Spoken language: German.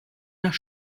nach